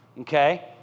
Okay